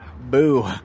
boo